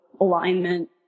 alignment